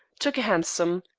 took a hansom.